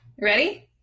Ready